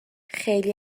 خیلی